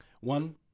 One